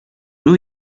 new